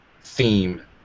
theme